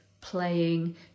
playing